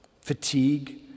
fatigue